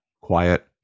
quiet